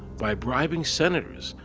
by bribeing senators,